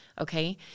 Okay